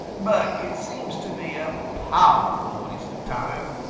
but it seems to me a powerful waste of time.